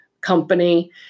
company